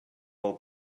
will